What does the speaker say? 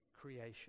creation